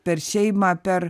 per šeimą per